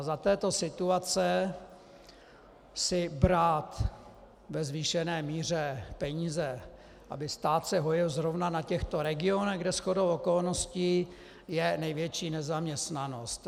Za této situace si brát ve zvýšené míře peníze, aby se stát hojil zrovna na těchto regionech, kde shodou okolností je největší nezaměstnanost.